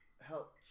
help